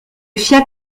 fiat